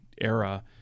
era